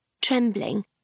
trembling